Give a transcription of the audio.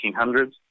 1800s